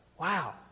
wow